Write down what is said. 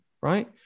right